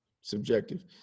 subjective